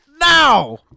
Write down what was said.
now